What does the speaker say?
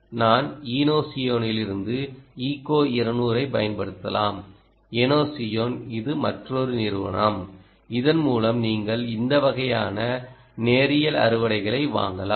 நாம் ஈனோசியனில் இருந்து ஈகோ 200 ஐப் பயன்படுத்தலாம் ஈனோசியான் இது மற்றொரு நிறுவனம் இதன் மூலம் நீங்கள் இந்த வகையான நேரியல் அறுவடைகளை வாங்கலாம்